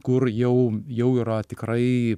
kur jau jau yra tikrai